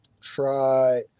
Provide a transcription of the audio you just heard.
try